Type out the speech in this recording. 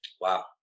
wow